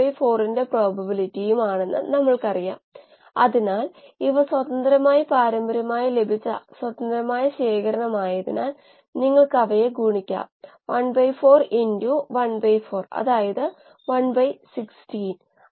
വലിയ തോതിൽ പ്രക്രിയ മെച്ചപ്പെടുത്തുന്നതിന് നമ്മൾ ചില മാറ്റങ്ങൾ വരുത്തേണ്ടതുണ്ട് പക്ഷേ അവ ഉൽപാദനത്തിന് ആവശ്യമാണ് അവ ഉൽപാദനത്തിനായി തുടർച്ചയായി ഉപയോഗിച്ചേക്കാം